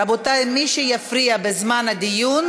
רבותי, מי שיפריע בזמן הדיון,